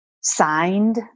signed